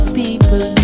people